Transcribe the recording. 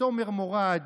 תומר מורד,